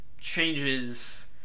changes